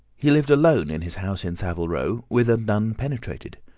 he lived alone in his house in saville row, whither none penetrated.